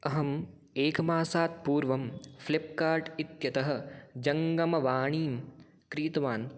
अहम् एकमासात् पूर्वं फ़्लिप्कार्ट इत्यतः जङ्गमवाणीं क्रीतवान्